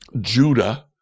Judah